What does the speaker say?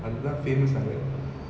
அதுதான்:athuthan famous அங்க:anga